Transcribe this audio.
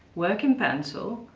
work in pencil,